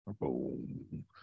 Boom